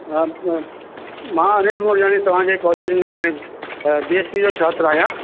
हा हा मां अनील मोजवाणी तव्हांजे कॉलेज में बीएससी जो छात्र आहियां